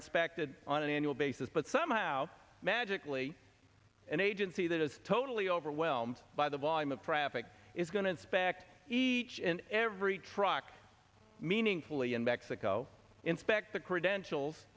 are on an annual basis but somehow magically an agency that is totally overwhelmed by the volume of traffic is going to inspect each and every truck meaningfully in mexico inspect the credentials